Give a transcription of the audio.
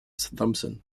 thompson